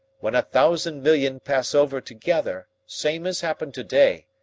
when a thousand million pass over together, same as happened to-day,